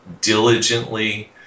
diligently